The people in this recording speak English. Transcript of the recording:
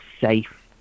safe